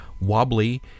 wobbly